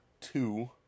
two